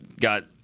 got